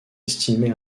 estimées